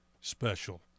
special